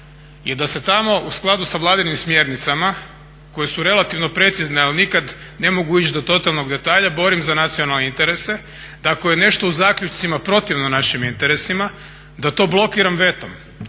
je da se tamo u skladu sa Vladinim smjernicama, koje su relativno precizne ali nikad ne mogu ići do totalnog detalja, borim za nacionalne interese, da ako je nešto u zaključcima protivno našim interesima da to blokiram vetom,